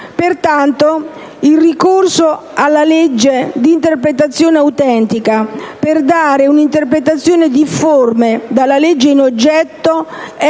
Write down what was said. Pertanto, il ricorso alla legge di interpretazione autentica per dare un'interpretazione difforme dalla legge in oggetto è